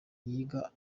yiga